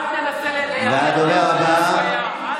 אל תנסה לייחס לנו משהו שלא קיים.